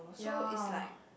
ya